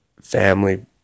family